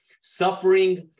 Suffering